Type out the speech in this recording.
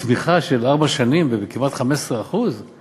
צמיחה של כמעט 15% בארבע שנים.